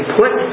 put